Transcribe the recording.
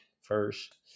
first